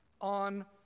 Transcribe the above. on